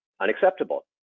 unacceptable